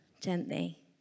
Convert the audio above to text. gently